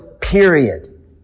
period